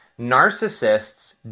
narcissists